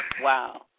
wow